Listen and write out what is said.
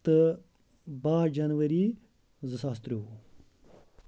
باہ جینؤری زٕ ساس ترٛۆوُہ